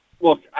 look